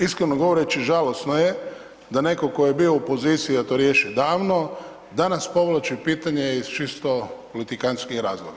Iskreno govoreći, žalosno je da netko tko je bio u poziciji da to riješi davno, danas povlači pitanje iz čisto politikantskih razloga.